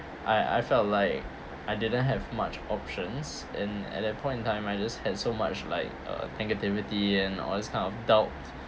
I I felt like I didn't have much options and at that point in time I just had so much like uh negativity and all this kind of doubt